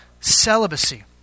celibacy